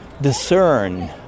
discern